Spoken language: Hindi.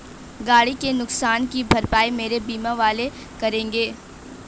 गाड़ी के नुकसान की भरपाई मेरे बीमा वाले करेंगे